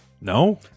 No